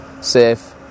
safe